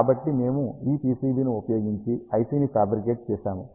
కాబట్టి మేము ఈ PCB ని ఉపయోగించి IC ని ఫాబ్రికేట్ చేశాము